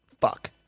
fuck